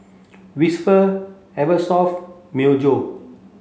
Whisper Eversoft and Myojo